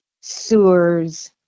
sewers